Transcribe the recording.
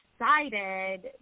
excited